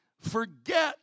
forget